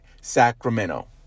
Sacramento